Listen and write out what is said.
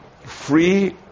Free